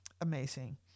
amazing